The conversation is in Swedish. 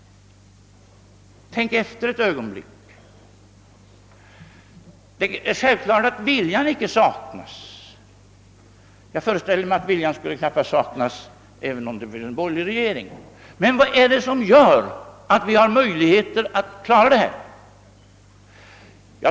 Tänk efter ett ögonblick! Det är självklart att viljan icke saknas — jag föreställer mig att viljan knappast skulle saknas, även om det skulle bli en borgerlig regering. Vad är det som gör att vi har möjlighet att klara detta?